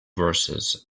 verses